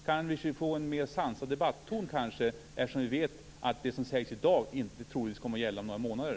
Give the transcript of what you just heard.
Kan vi få en mer sansad debatton, eftersom vi vet att det som sägs i dag troligtvis inte kommer att gälla om några månader?